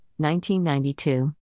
1992